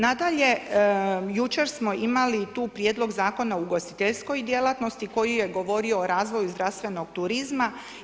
Nadalje, jučer smo tu imali prijedlog zakona o ugostiteljskoj djelatnosti koji je govorio o razvoju zdravstvenog turizma.